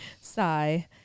Sigh